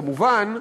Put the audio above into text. כמובן,